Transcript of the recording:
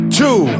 two